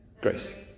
Grace